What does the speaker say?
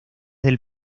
del